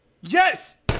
Yes